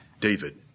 David